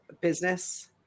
business